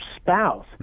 spouse